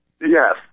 Yes